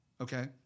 okay